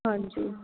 ਹਾਂਜੀ